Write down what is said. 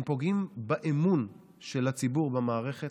הם פוגעים באמון של הציבור במערכת,